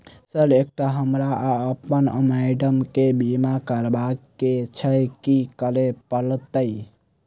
Sir एकटा हमरा आ अप्पन माइडम केँ बीमा करबाक केँ छैय की करऽ परतै?